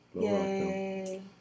yay